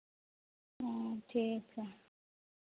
हाँ ठीक है